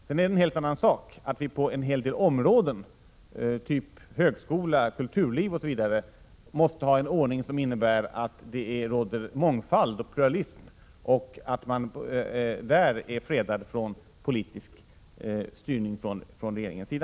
Sedan är det en helt annan sak att vi på en hel del områden — typ högskola, kulturliv osv. — måste ha en ordning som innebär att det råder mångfald och pluralism och att man där är fredad från politisk styrning från regeringens sida.